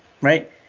Right